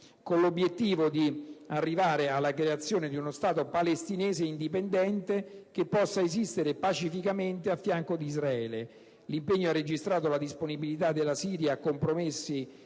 con l'obiettivo di arrivare alla creazione di uno Stato palestinese indipendente, che possa esistere pacificamente a fianco di Israele. L'impegno ha registrato la disponibilità della Siria a compromessi